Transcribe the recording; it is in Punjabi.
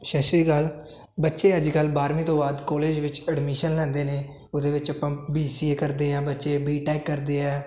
ਸਤਿ ਸ਼੍ਰੀ ਅਕਾਲ ਬੱਚੇ ਅੱਜ ਕੱਲ੍ਹ ਬਾਰਵੀਂ ਤੋਂ ਬਾਅਦ ਕਾਲਜ ਵਿੱਚ ਐਡਮਿਸ਼ਨ ਲੈਂਦੇ ਨੇ ਉਹਦੇ ਵਿੱਚ ਆਪਾਂ ਬੀ ਸੀ ਏ ਕਰਦੇ ਹਾਂ ਬੱਚੇ ਬੀ ਟੈਕ ਕਰਦੇ ਹੈ